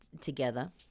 together